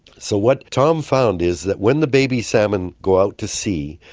so what tom found is that when the baby salmon go out to sea,